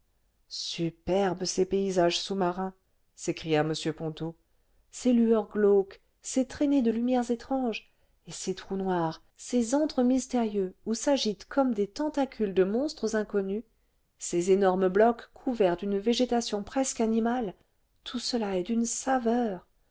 superbes ces paysages sous-marins s'écria m ponto ces lueurs glauques ces traînées de lumières étranges et ces trous noirs ces antres mystérieux où s'agitent comme des tentacules de monstres inconnus ces énormes blocs couverts d'une végétation presque animale tout cela est d'une saveur